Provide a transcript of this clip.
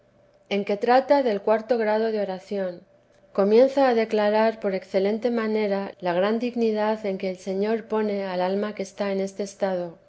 en que trata del cuarto grado de oración comienza a declarar por excelente manera la gran dignidad en que el señor pone al alma que está en este estado